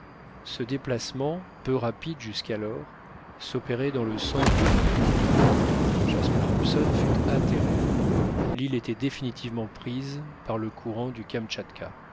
ce déplacement peu rapide jusqu'alors s'opérait dans le sens du nord jasper hobson fut atterré l'île était définitivement prise par le courant du